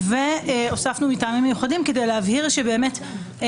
והוספנו "מטעמים מיוחדים" כדי להבהיר שאנחנו